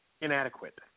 inadequate